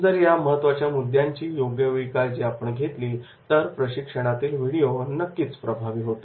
जर या महत्त्वाच्या मुद्द्यांची योग्यवेळी काळजी आपण घेतली तर प्रशिक्षणातील व्हिडीओ नक्कीच प्रभावी होतील